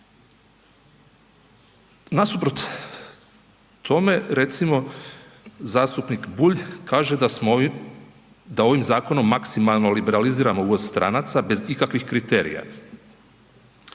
Nasuprot tome recimo zastupnik Bulj kaže da ovim zakonom maksimalno liberaliziramo uvoz stranaca bez ikakvih kriterija.